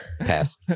Pass